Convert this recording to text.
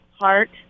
heart